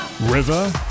River